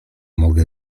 mogą